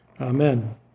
Amen